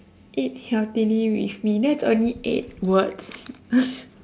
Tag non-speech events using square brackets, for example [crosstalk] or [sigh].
eat healthily with me that's only eight words [laughs]